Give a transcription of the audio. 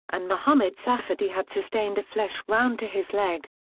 and mohammed safady had sustained a flesh wound to his leg.